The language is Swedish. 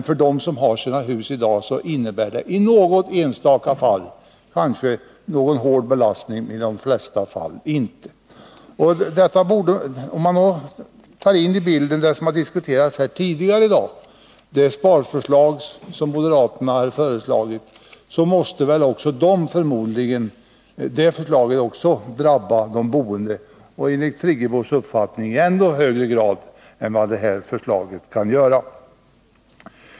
För dem som har hus i dag innebär det kanske i något enstaka fall en hård belastning, men oftast blir detta inte förhållandet. Tar man med i bilden det som har diskuterats tidigare i dag, nämligen moderaternas sparförslag, måste väl också det förslaget drabba de boende — enligt Birgit Friggebos uppfattning i än högre grad.